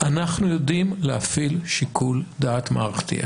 אנחנו יודעים להפעיל שיקול דעת מערכתי.